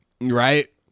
Right